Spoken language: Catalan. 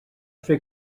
fer